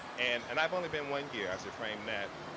and and i've only been one year, i should frame that,